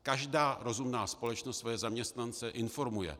Každá rozumná společnost svoje zaměstnance informuje.